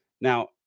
Now